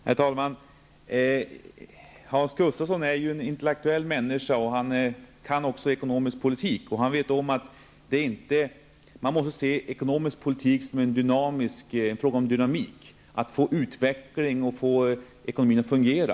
Herr talman! Hans Gustafsson är ju en intellektuell människa, och han kan också ekonomisk politik. Han vet om att man måste se ekonomisk politik som en fråga om dynamik. Det gäller att få utveckling och att få ekonomin att fungera.